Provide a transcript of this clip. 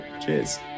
Cheers